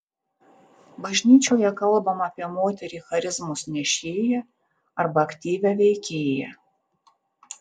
bažnyčioje kalbama apie moterį charizmos nešėją arba aktyvią veikėją